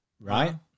Right